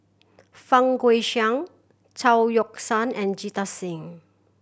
Fang Guixiang Chao Yoke San and Jita Singh